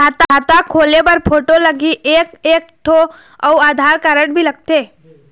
खाता खोले बर फोटो लगही एक एक ठो अउ आधार कारड भी लगथे?